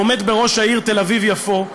העומד בראש העיר תל-אביב יפו,